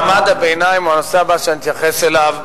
מעמד הביניים הוא הנושא הבא שאני אתייחס אליו.